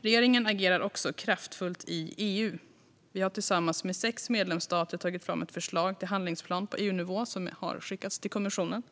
Regeringen agerar också kraftfullt i EU. Vi har tillsammans med sex medlemsstater tagit fram ett förslag till handlingsplan på EU-nivå som har skickats till kommissionen.